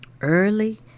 early